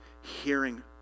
hearing